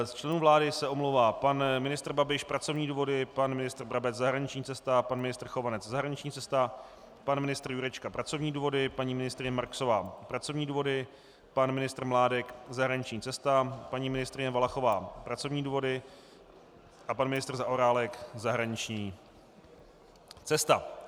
Z členů vlády se omlouvá pan ministr Babiš pracovní důvody, pan ministr Brabec zahraniční cesta, pan ministr Chovanec zahraniční cesta, pan ministr Jurečka pracovní důvody, paní ministryně Marksová pracovní důvody, pan ministr Mládek zahraniční cesta, paní ministryně Valachová pracovní důvody a pan ministr Zaorálek zahraniční cesta.